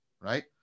Right